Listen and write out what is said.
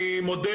אני מודה,